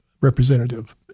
representative